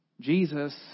Jesus